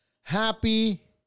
Happy